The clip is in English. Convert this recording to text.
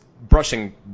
brushing